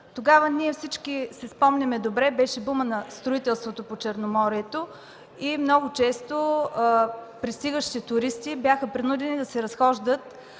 Тогава, всички добре си спомняме, беше бумът на строителството по Черноморието и много често пристигащите туристи бяха принудени да се разхождат